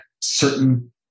certain